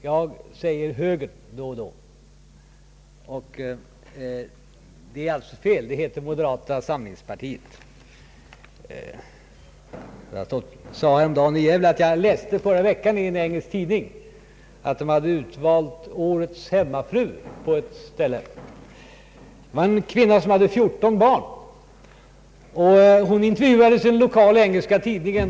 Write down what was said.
Jag råkar då och då säga högern, vilket är fel. Det heter ju moderata samlingspartiet. Jag sade häromdagen i Gävle att jag i en engelsk tidning förra veckan hade läst en artikel om att man på en plats hade valt årets hemmafru. Det var en kvinna som hade 14 barn. Hon intervjuades av den lokala engelska tidningen.